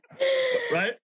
Right